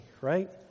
right